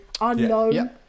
unknown